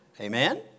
Amen